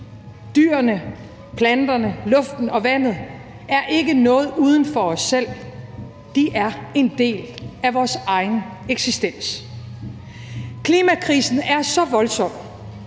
Dyrene, planterne, luften og vandet er ikke noget uden for os selv. De er en del af vores egen eksistens. Klimakrisen er så voldsom,